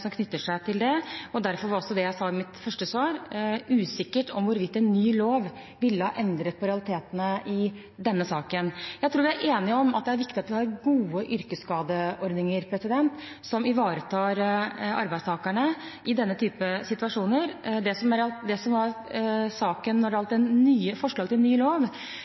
som knytter seg til det, og derfor er det, slik jeg også sa i mitt første svar, usikkert hvorvidt en ny lov ville ha endret på realitetene i denne saken. Jeg tror vi er enige om at det er viktig at vi har gode yrkesskadeordninger som ivaretar arbeidstakerne i denne type situasjoner. Det som var saken når det gjaldt forslaget til ny lov,